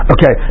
Okay